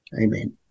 Amen